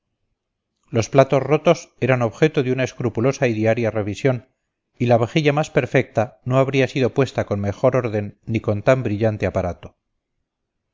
los platos rotos eran objeto de una escrupulosa y diaria revisión y la vajilla más perfecta no habría sido puesta con mejor orden ni con tan brillante aparato